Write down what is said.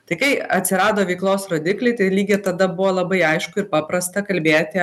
tai kai atsirado veiklos rodikliai tai lygiai tada buvo labai aišku ir paprasta kalbėti